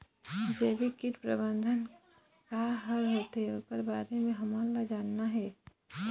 जैविक कीट प्रबंधन का हर होथे ओकर बारे मे हमन ला जानना हे?